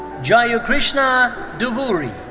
jayakrishna duvvuri.